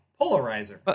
polarizer